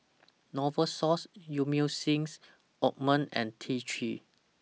Novosource Emulsying Ointment and T three